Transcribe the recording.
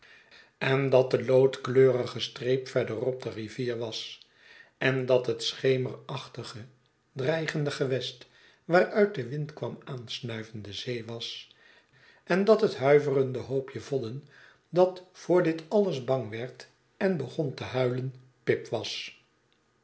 en dat de loodkleurige streep verderop de rivier was en dat het schemerachtige dreigende gewest waaruit de wind kwam aansnuiven de zee was en dat het huiverende hoopje vodden dat voor dit alles bang werd en begon te huilen pip was